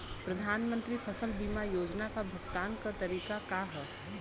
प्रधानमंत्री फसल बीमा योजना क भुगतान क तरीकाका ह?